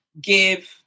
give